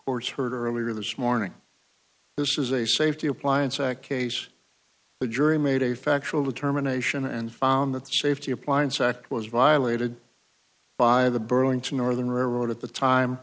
courts heard earlier this morning this is a safety appliance act case the jury made a factual determination and found that the safety appliance act was violated by the burlington northern remote at the time